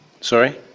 Sorry